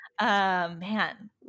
man